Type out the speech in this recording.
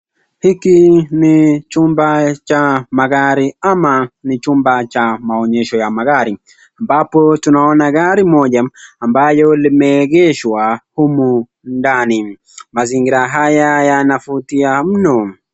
Hiki ni chumba cha magari ama ni chumba cha maonyesho ya magari ambapo tunaona gari moja ambalo limeegeshwa humu ndani mazingira haya yanavutia mno.